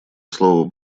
слово